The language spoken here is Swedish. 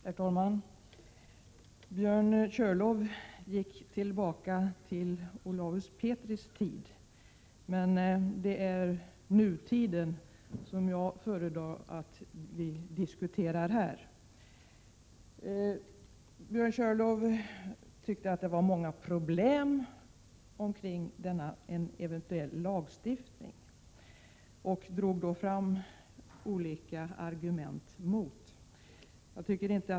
Herr talman! Björn Körlof gick tillbaka till Olaus Petris tid, men det är nutiden som jag föredrar att diskutera. Björn Körlof tyckte att det var många problem kring en eventuell lagstiftning och drog fram olika argument mot en sådan.